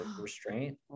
restraint